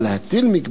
זה כבר לא טוב.